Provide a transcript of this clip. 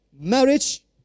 marriage